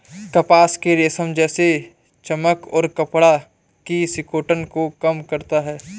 कपास में रेशम जैसी चमक और कपड़ा की सिकुड़न को कम करता है